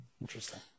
interesting